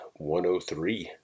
103